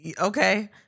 Okay